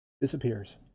disappears